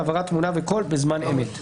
הרבה מאוד חקיקה עוברת בהוראת שעה בכנסת הזאת,